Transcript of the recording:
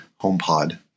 HomePod